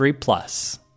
Plus